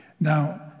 Now